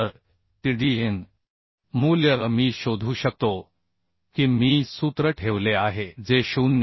तर Tdnमूल्य मी शोधू शकतो की मी सूत्र ठेवले आहे जे 0